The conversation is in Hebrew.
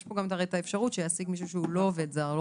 יש פה גם את האפשרות שהוא יעסיק מישהו שהוא לא עובד זר.